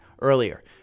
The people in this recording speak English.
earlier